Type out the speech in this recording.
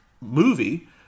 movie